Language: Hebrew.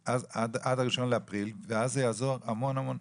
אז עד ה-1 באפריל ואז זה יעזור המון המון,